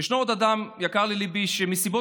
ישנו עוד אדם שיקר לליבי ומסיבות